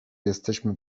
jesteśmy